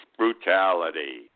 brutality